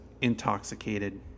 intoxicated